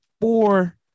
four